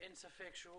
שאין ספק שהוא